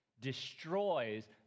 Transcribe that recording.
destroys